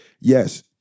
yes